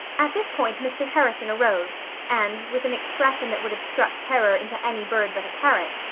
at this point mr. harrison arose and, with an expression that would have struck terror into any bird but a parrot,